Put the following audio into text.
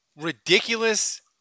ridiculous